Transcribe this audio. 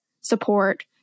support